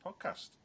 podcast